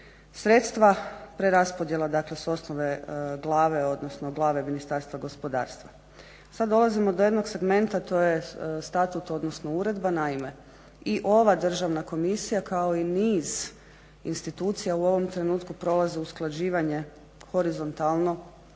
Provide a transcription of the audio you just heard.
Sredstva preraspodjela dakle s osnove glave, odnosno glave Ministarstva gospodarstva. Sad dolazimo do jednog segmenta to je statut, odnosno uredba, naime i ova Državna komisija kao i niz institucija u ovom trenutku prolaze usklađivanje horizontalno